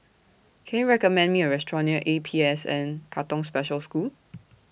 Can YOU recommend Me A Restaurant near A P S N Katong Special School